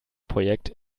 projekt